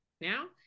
now